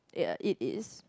ya it is